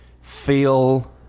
feel